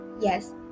yes